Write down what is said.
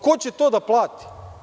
Ko će to da plati?